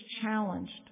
challenged